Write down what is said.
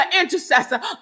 intercessor